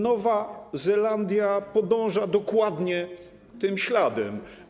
Nowa Zelandia podąża dokładnie tym śladem.